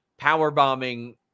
powerbombing